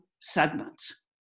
segments